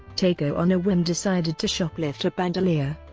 teko on a whim decided to shoplift a bandolier.